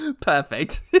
Perfect